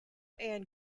ann